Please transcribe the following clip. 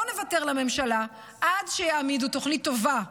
לא נוותר לממשלה עד שיעמידו תוכנית טובה,